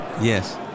Yes